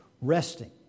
resting